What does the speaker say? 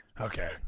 Okay